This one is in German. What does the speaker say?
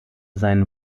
seinen